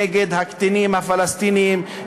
נגד הקטינים הפלסטינים,